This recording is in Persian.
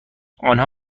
آنها